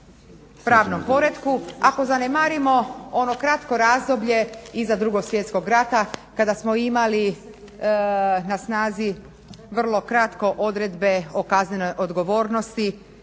pravnom poretku, ako zanemarimo ono kratko razdoblje iza II. Svjetskog rata kada smo imali na snazi vrlo kratko odredbe o kaznenoj odgovornosti